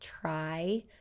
try